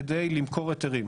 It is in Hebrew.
על מנת למכור היתרים,